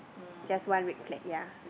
just one red flag ya